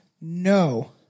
No